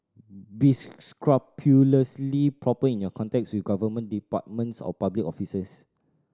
be scrupulously proper in your contacts with government departments or public officers